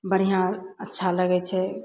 बढ़िआँ अच्छा लगय छै